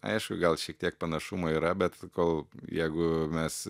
aišku gal šiek tiek panašumų yra bet sakau jeigu mes